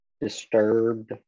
disturbed